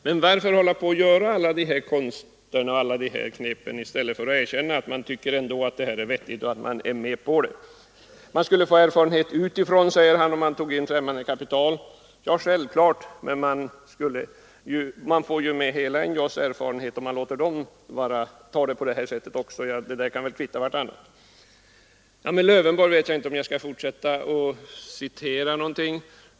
Men varför då hålla på med alla de här konsterna och knepen i stället för att erkänna att man tycker att detta är vettigt? Man skulle få erfarenheter utifrån, säger herr Regnéll, om man tog in främmande kapital. Självfallet, men man får ju hela NJA:s erfarenhet om man tar det på det här sättet. Det där kan väl gå på ett ut! När det gäller herr Lövenborg vet jag inte om jag skall fortsätta att citera någonting.